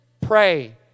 pray